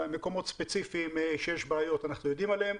מקומות ספציפיים שיש עליהם בעיות אנחנו יודעים עליהם.